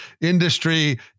industry